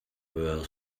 were